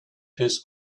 his